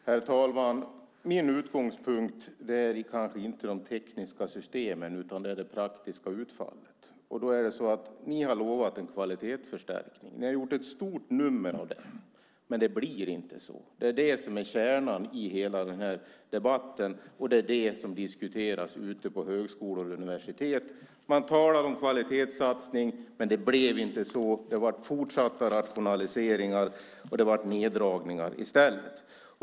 Herr talman! Min utgångspunkt är kanske inte de tekniska systemen utan det praktiska utfallet. Då är det så att ni har lovat en kvalitetsförstärkning. Ni har gjort ett stort nummer av det. Men det blir inte så. Det är det som är kärnan i hela den här debatten, och det är det som diskuteras ute på högskolor och universitet. Man talar om kvalitetssatsning, men det blev inte så. Det blev fortsatta rationaliseringar, och det blev neddragningar i stället.